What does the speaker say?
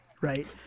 right